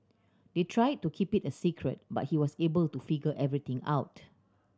they tried to keep it a secret but he was able to figure everything out